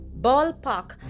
ballpark